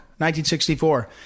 1964